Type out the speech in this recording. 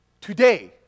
Today